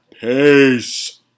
Peace